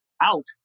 out